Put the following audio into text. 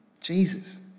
Jesus